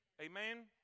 Amen